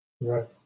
right